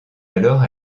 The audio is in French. alors